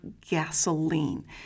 gasoline